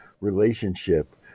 relationship